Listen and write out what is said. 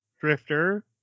drifter